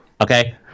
okay